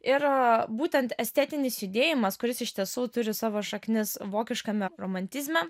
ir būtent estetinis judėjimas kuris iš tiesų turi savo šaknis vokiškame romantizme